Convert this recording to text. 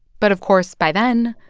but, of course, by then,